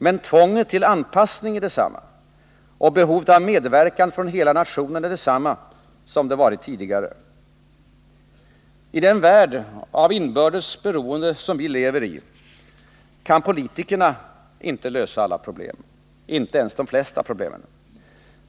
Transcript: Men tvånget till anpassning är detsamma, och behovet av medverkan från hela nationen är detsamma som det varit tidigare. I den värld av inbördes beroende som vilever i kan politikerna inte lösa alla - inte ens de flesta — problem.